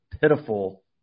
pitiful